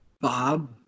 Bob